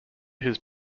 his